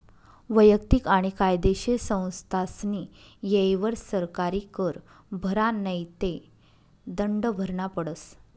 वैयक्तिक आणि कायदेशीर संस्थास्नी येयवर सरकारी कर भरा नै ते दंड भरना पडस